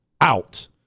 out